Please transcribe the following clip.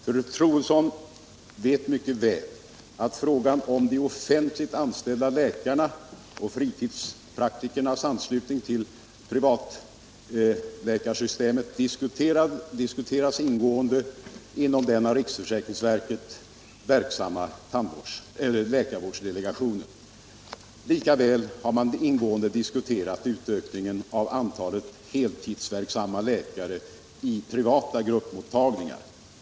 Fru Troedsson vet mycket väl att frågan om de offentligt anställda läkarna och fritidspraktikernas anslutning till privatläkarsystemet diskuteras ingående inom den i riksförsäkringsverket verksamma läkarvårdsdelegationen. Likaså har man ingående diskuterat utökningen av antalet heltidsverksamma läkare i privata gruppmottagningar.